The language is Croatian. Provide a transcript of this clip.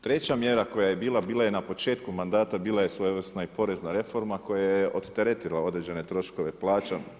Treća mjera koja je bila, bila je na početku mandata, bila je i svojevrsna porezna reforma koja je odteretila određene troškove plaćom.